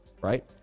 right